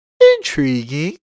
Intriguing